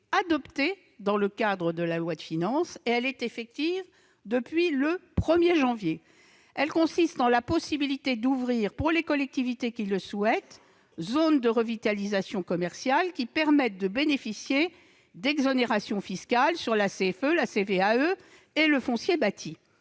adoptée dans le cadre de la loi de finances pour 2020 et elle est effective depuis le 1 janvier. Elle consiste en la possibilité d'ouvrir, pour les collectivités qui le souhaitent, des zones de revitalisation commerciale qui permettent de bénéficier d'exonérations fiscales sur la cotisation foncière